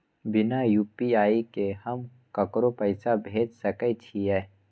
बिना यू.पी.आई के हम ककरो पैसा भेज सके छिए?